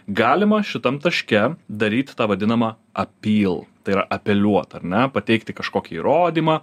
galima šitam taške daryti tą vadinamą appeal tai yra apeliuot ar ne pateikti kažkokį įrodymą